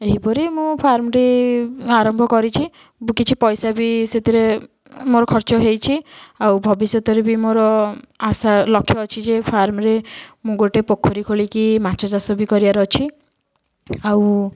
ଏହିପରି ମୁଁ ଫାର୍ମଟି ଆରମ୍ଭ କରିଛି କିଛି ପଇସା ବି ସେଥିରେ ମୋର ଖର୍ଚ୍ଚ ହେଇଛି ଆଉ ଭବିଷ୍ୟତରେ ବି ମୋର ଆଶା ଲକ୍ଷ ଅଛି ଯେ ଫାର୍ମରେ ମୁଁ ଗୋଟେ ପୋଖରୀ ଖୋଳିକି ମାଛ ଚାଷ ବି କରିବାର ଅଛି ଆଉ